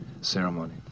ceremony